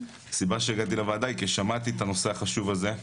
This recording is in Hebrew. הסיבה שהגעתי לוועדה היא כי שמעתי את הנושא החשוב הזה,